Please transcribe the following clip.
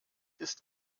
ist